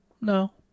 No